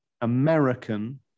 American